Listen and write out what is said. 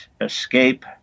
escape